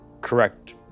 correct